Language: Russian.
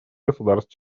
государств